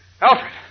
Alfred